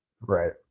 Right